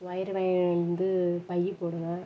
wire வாங்கின்னு வந்து பை போடுவேன்